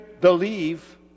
believe